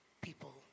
people